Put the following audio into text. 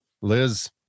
liz